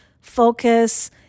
focus